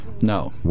No